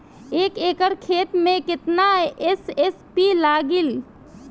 एक एकड़ खेत मे कितना एस.एस.पी लागिल?